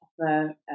offer